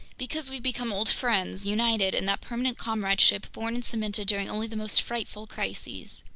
because we've become old friends, united in that permanent comradeship born and cemented during only the most frightful crises!